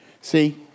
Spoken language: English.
See